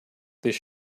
this